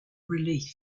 relief